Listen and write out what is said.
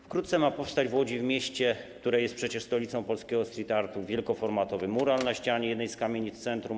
Wkrótce ma powstać w Łodzi, w mieście, które jest przecież stolicą polskiego street artu, wielkoformatowy mural na ścianie jednej z kamienic w centrum.